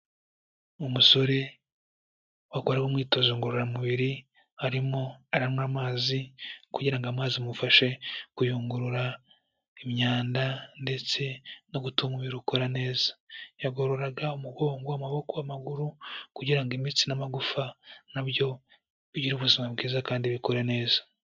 Umusore wakoraga umwitozo ngororamubiri arimo aranywa amazi kugira ngo amazi amufashe kuyungurura imyanda ndetse no gutuma umubiri ukora neza, yagororaga umugongo, amaboko, amaguru kugira ngo imitsi n'amagufa na byo bigire ubuzima bwiza kandi bikore neza.